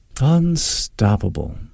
Unstoppable